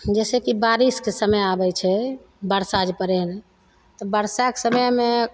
जैसे कि बारिशके समय आबय छै बरसा जे पड़य हइ तऽ बरसाके समयमे